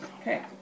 Okay